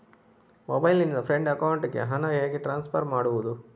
Mobile ನಿಂದ friend ಅಕೌಂಟಿಗೆ ಹಣ ಹೇಗೆ ಟ್ರಾನ್ಸ್ಫರ್ ಮಾಡುವುದು?